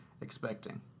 expecting